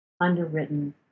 underwritten